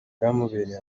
byamubereye